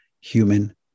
human